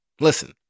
Listen